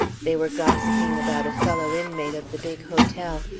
they were gossiping about a fellow-inmate of the big hotel,